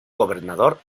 gobernador